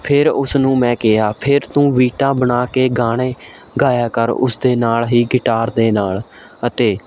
ਫਿਰ ਉਸਨੂੰ ਮੈਂ ਕਿਹਾ ਫਿਰ ਤੂੰ ਬੀਟਾਂ ਬਣਾ ਕੇ ਗਾਣੇ ਗਾਇਆ ਕਰ ਉਸ ਦੇ ਨਾਲ਼ ਹੀ ਗਿਟਾਰ ਦੇ ਨਾਲ਼ ਅਤੇ